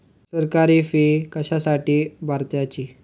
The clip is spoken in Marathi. सरकारी फी कशासाठी भरायची